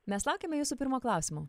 mes laukiame jūsų pirmo klausimo